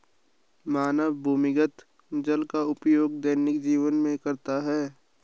मानव भूमिगत जल का उपयोग दैनिक जीवन में करता है